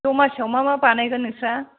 दमासिआव मा मा बानायगोन नोंसोरहा